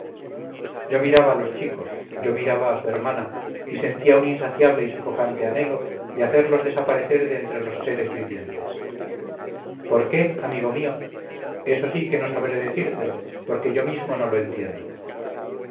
yo miraba a los chicos yo miraba a su hermana y sentía un insaciable y sofocante anhelo de hacerlos desaparecer de entre los seres vivientes por qué amigo mío esto sí que no sabré decírtelo porque yo mismo no lo entiendo